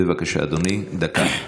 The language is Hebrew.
בבקשה, אדוני, דקה.